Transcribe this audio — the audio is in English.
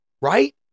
right